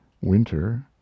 winter